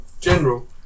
general